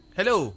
Hello